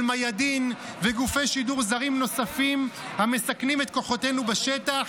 אל-מיאדין וגופי שידור זרים נוספים המסכנים את כוחותינו בשטח